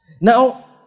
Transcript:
Now